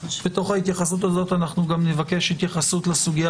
בתוך ההתייחסות הזאת גם נבקש התייחסות לסוגיה